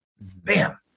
Bam